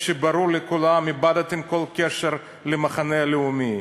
שברור לכולם שאיבדתם כל קשר למחנה הלאומי,